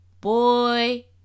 Boy